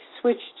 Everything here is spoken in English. switched